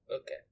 Okay